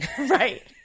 Right